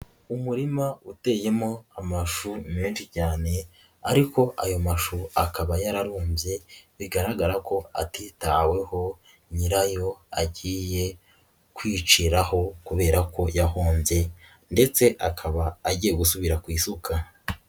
Umurima uteyemo amashu menshi cyane, ariko ayo mashu akaba yararumbye, bigaragara ko atitaweho, nyirayo agiye kwiciraho kubera ko yahombye ndetse akaba agiye gusubira ku isuka.